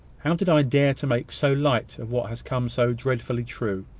how did i dare to make so light of what has come so dreadfully true